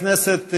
חברי הכנסת,